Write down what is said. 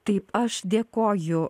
taip aš dėkoju